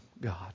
God